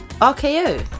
RKO